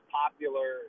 popular